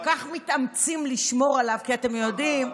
ואתם כל כך מתאמצים לשמור עליו כי אתם יודעים,